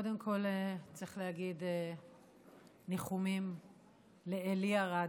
קודם כול צריך להגיד ניחומים לעלי ארד,